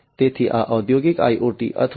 તેથી આ ઔદ્યોગિક IoT અથવા ઇન્ડસ્ટ્રી 4